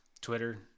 Twitter